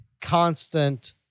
constant